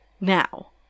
Now